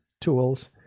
tools